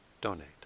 donate